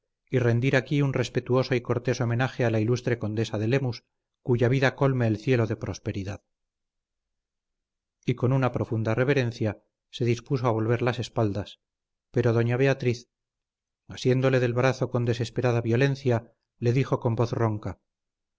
y rendir aquí un respetuoso y cortés homenaje a la ilustre condesa de lemus cuya vida colme el cielo de prosperidad y con una profunda reverencia se dispuso a volver las espaldas pero doña beatriz asiéndole del brazo con desesperada violencia le dijo con voz ronca